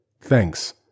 thanks